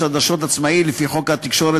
בקיצור, לכל חברי חברי